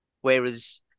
Whereas